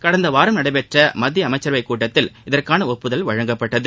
கடந்த வாரம் நடந்த மத்திய அமைச்சரவைக் கூட்டத்தில் இதற்கான ஒப்புதல் வழங்கப்பட்டது